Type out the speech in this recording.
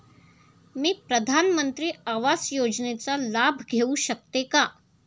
मी प्रधानमंत्री आवास योजनेचा लाभ घेऊ शकते का?